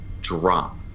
drop